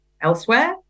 elsewhere